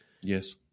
Yes